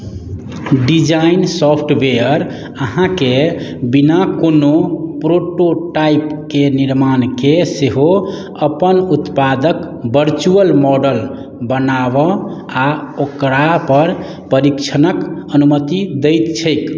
design software अहाँके बिना कोनो प्रोटोटाइपके निर्माणके सेहो अपन उत्पादक वर्चुअल मॉडल बनाबय आ ओकरापर परीक्षणक अनुमति दैत छैक